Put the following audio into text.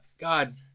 God